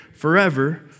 forever